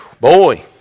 Boy